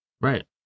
Right